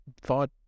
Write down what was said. thought